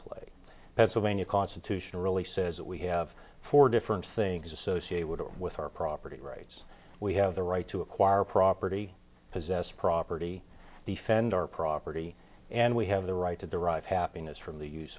play pennsylvania constitution really says that we have four different things associated with our property rights we have the right to acquire property possess property defend our and we have the right to derive happiness from the use